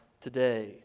today